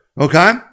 okay